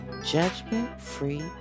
judgment-free